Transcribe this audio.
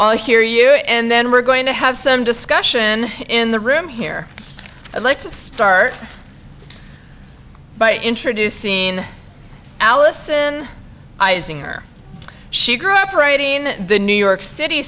all hear you and then we're going to have some discussion in the room here i'd like to start by introducing allison izing her she grew up writing the new york city